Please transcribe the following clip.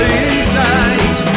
inside